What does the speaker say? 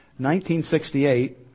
1968